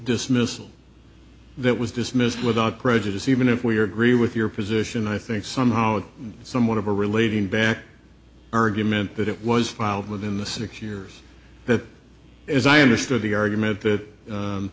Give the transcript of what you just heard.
dismissal that was dismissed without prejudice even if we are gree with your position i think somehow it is somewhat of a relating back erg you meant that it was filed within the six years that as i understood the argument that